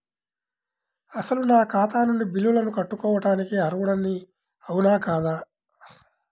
అసలు నా ఖాతా నుండి బిల్లులను కట్టుకోవటానికి అర్హుడని అవునా కాదా?